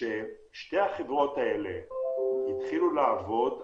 כאשר שתי החברות האלה התחילו לעבוד